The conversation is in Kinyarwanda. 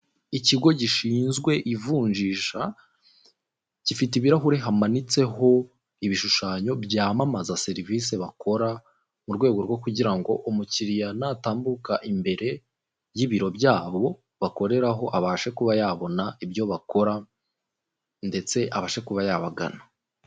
Ikigo gishinzwe ivunjisha, gifite ibirahure hamanitseho ibishushanyo byamamaza serivisi bakora, mu rwego rwo kugira ngo umukiliya natambuka imbere y'ibiro byabo bakoreraho, abashe kuba yabona ibyo bakora ndetse abashe kuba yabagana.